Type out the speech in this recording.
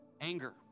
anger